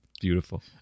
Beautiful